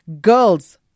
girls